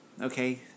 okay